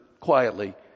quietly